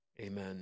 amen